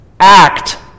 Act